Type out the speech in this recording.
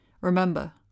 Remember